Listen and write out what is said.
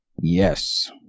Yes